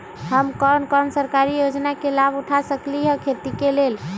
हम कोन कोन सरकारी योजना के लाभ उठा सकली ह खेती के लेल?